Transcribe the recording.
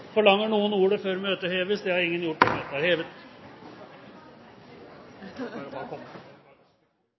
Forlanger noen ordet før møtet heves? – Møtet er hevet.